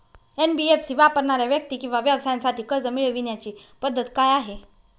NBFC वापरणाऱ्या व्यक्ती किंवा व्यवसायांसाठी कर्ज मिळविण्याची पद्धत काय आहे?